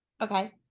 okay